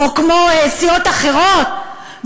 או כמו סיעות אחרות,